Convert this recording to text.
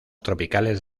tropicales